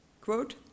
Quote